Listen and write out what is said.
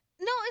No